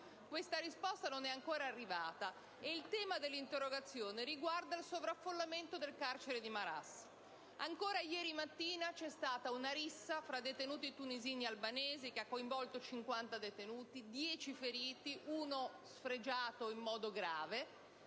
purtroppo però non è ancora arrivata. Il tema dell'interrogazione riguarda il sovraffollamento del carcere di Marassi. Anche ieri mattina è avvenuta una rissa tra detenuti tunisini e albanesi che ha coinvolto 50 detenuti, ha provocato 10 feriti, tra cui uno sfregiato in modo grave.